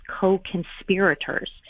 co-conspirators